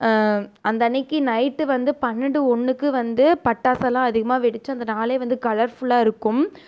அந்த அன்றைக்கு நைட் வந்து பன்னெரெண்டு ஒன்றுக்கு வந்து பட்டாசெலாம் அதிகமாக வெடிச்சு அந்த நாளே வந்து கலர்ஃபுல்லாயிருக்கும்